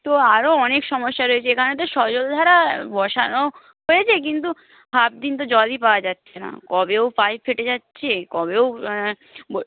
তো আরও অনেক সমস্যা রয়েছে এখানে তো সজল ধারা বসানো হয়েছে কিন্তু হাফ দিন তো জলই পাওয়া যাচ্ছে না কবে ও পাইপ ফেটে যাচ্ছে কবে ও